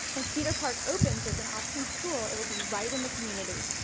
and cedar park opens as an option school it will be right in the community.